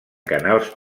canals